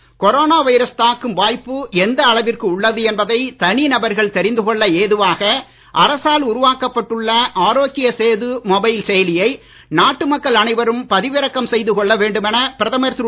Arogya Setu corona virus தாக்கும் வாய்ப்பு எந்த அளவிற்கு உள்ளது என்பதை தனி நபர்கள் தெரிந்து கொள்ள ஏதுவாக அரசால் உருவாக்கப்பட்டுள்ள ஆரோக்ய சேது மொபைல் செயலியை நாட்டு மக்கள் அனைவரும் பதிவிறக்கம் செய்து கொள்ள வேண்டும் என பிரதமர் திரு